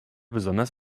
besonders